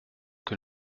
que